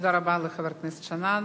תודה רבה לחבר הכנסת שנאן.